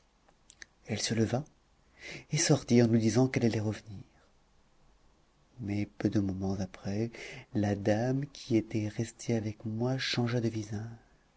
elle se leva et sortit en nous disant qu'elle allait revenir mais peu de moments après la dame qui était restée avec moi changea de visage